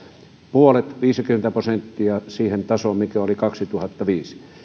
puolet viisikymmentä prosenttia siitä tasosta mikä oli vuonna kaksituhattaviisi